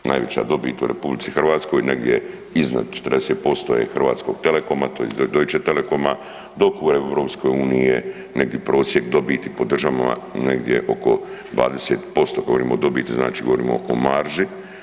Najveća dobit u RH negdje iznad 40% je Hrvatskog telekoma tj. Deutche Telekoma, dok u EU je neki prosjek dobiti po državama negdje oko 20%, govorimo o dobiti znači govorimo o marži.